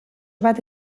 bat